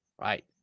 right